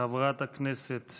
חברת הכנסת